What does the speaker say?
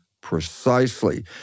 precisely